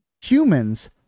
Humans